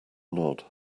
nod